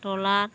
তলার